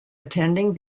attending